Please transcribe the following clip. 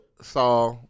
saw